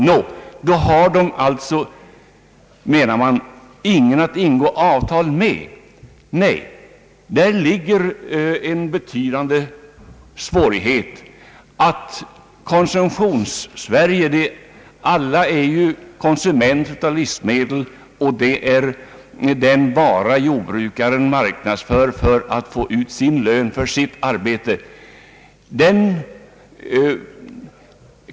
Då säger man att denna grupp inte har någon att ingå avtal med. Nej, däri ligger en betydande svårighet. Alla är vi konsumenter av livsmedel, således den vara som jordbrukarna marknadsför för att få ut ersättning för sitt arbete.